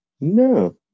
No